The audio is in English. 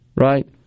right